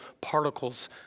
particles